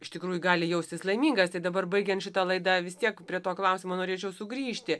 iš tikrųjų gali jaustis laimingas tai dabar baigiant šitą laidą vis tiek prie to klausimo norėčiau sugrįžti